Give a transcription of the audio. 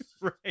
Right